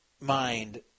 mind